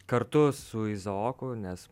kartu su izaoku nes